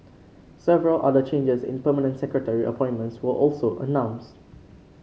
several other changes in permanent secretary appointments were also announced